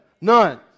none